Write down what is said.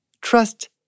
trust